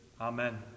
Amen